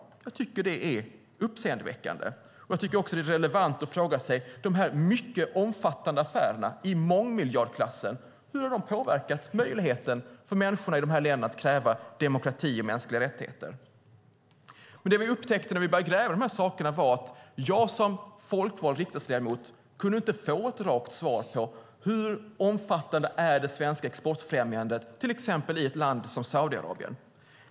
Jag tycker att det är uppseendeväckande, och jag tycker också att det är relevant att fråga sig hur de här mycket omfattande affärerna i mångmiljardklassen har påverkat möjligheten för människorna i de här länderna att kräva demokrati och mänskliga rättigheter. Det vi upptäckte när vi började gräva i de här sakerna var att jag som folkvald riksdagsledamot inte kunde få ett rakt svar på hur omfattande det svenska exportfrämjandet är till exempel i ett land som Saudiarabien.